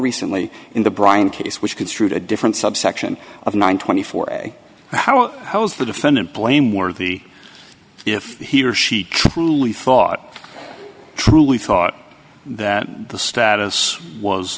recently in the bryant case which construed a different subsection of nine twenty four how how is the defendant blameworthy if he or she truly thought truly thought that the status was